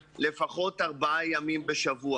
אם מגיע להם, אז לפחות שיקבלו חצי שנה אחורה.